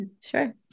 sure